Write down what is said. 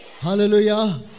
Hallelujah